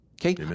Okay